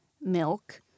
milk